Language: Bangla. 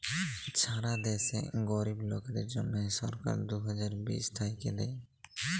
ছারা দ্যাশে গরীব লোকদের জ্যনহে সরকার দু হাজার বিশ থ্যাইকে দেই